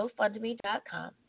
GoFundMe.com